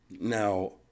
now